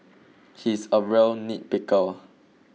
he is a real nitpicker